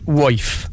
wife